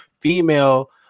female